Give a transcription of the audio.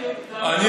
מורשע באלימות.